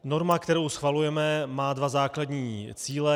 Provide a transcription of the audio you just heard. Norma, kterou schvalujeme, má dva základní cíle.